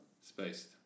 Spaced